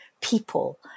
people